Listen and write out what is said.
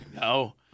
No